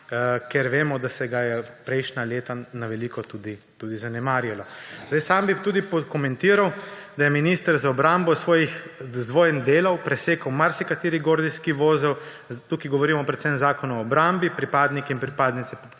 ker vemo, da se ga je prejšnja leta na veliko tudi zanemarilo. Sam bi tudi pokomentiral, da je minister za obrambo s svojim delom presekal marsikateri gordijski vozel. Tukaj govorimo predvsem Zakonu o obrambi, pripadnikih in pripadnicah